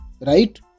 right